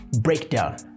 breakdown